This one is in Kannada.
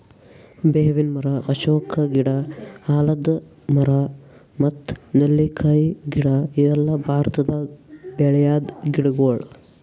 ಬೇವಿನ್ ಮರ, ಅಶೋಕ ಗಿಡ, ಆಲದ್ ಮರ ಮತ್ತ್ ನೆಲ್ಲಿಕಾಯಿ ಗಿಡ ಇವೆಲ್ಲ ಭಾರತದಾಗ್ ಬೆಳ್ಯಾದ್ ಗಿಡಗೊಳ್